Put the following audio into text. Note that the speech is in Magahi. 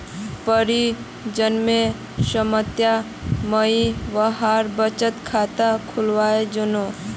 परीर जन्मेर समयत मुई वहार बचत खाता खुलवैयानु